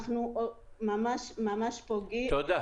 אנחנו ממש ממש פוגעים --- תודה.